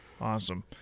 awesome